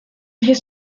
his